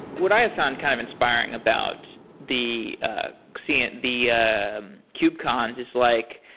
what i have found kind of inspiring about the ah seeing the ah um kubecons is like,